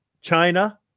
China